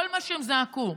כל מה שהם זעקו,